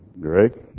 Greg